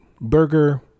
Burger